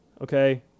okay